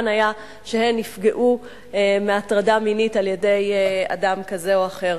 היה שהן נפגעו מהטרדה מינית על-ידי אדם כזה או אחר.